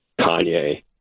Kanye